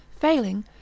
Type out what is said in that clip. failing